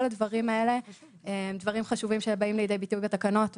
כל הדברים האלה הם דברים חשובים שבאים לידי ביטוי בתקנות,